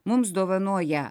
mums dovanoja